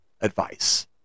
advice